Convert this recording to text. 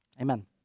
Amen